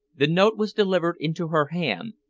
the note was delivered into her hand,